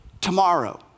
tomorrow